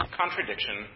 contradiction